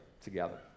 together